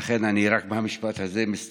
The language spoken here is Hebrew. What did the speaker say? ולכן אני מסתייג רק מהמשפט הזה.